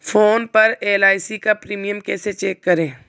Phone पर LIC का premium कैसे चेक करें?